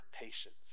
patience